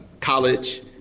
college